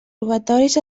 robatoris